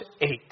eight